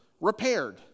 repaired